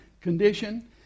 condition